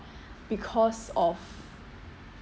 because of